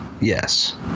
yes